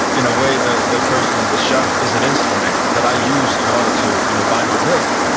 in a way, the the person in the shop is an instrument that i use in order to you know buy my milk,